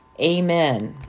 Amen